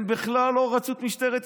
הם בכלל לא רצו את משטרת ישראל.